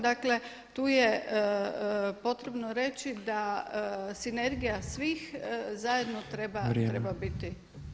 Dakle, tu je potrebno reći da sinergija svih zajedno treba biti